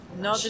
No